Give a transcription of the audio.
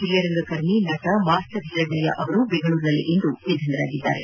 ಹಿರಿಯ ರಂಗಕರ್ಮಿ ನಟ ಮಾಸ್ಟರ್ ಹಿರಣ್ಣಯ್ಯ ಅವರು ಬೆಂಗಳೂರಿನಲ್ಲಿಂದು ನಿಧನರಾಗಿದ್ದಾರೆ